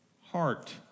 heart